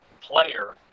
player